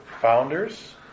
founders